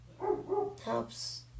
helps